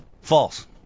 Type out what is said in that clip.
False